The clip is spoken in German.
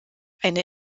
eine